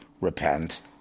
repent